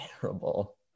terrible